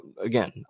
again